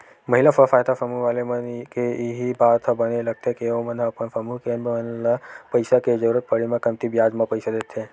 महिला स्व सहायता समूह वाले मन के इही बात ह बने लगथे के ओमन ह अपन समूह के मन ल पइसा के जरुरत पड़े म कमती बियाज म पइसा देथे